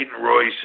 Royce